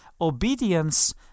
obedience